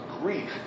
grief